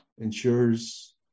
ensures